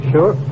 Sure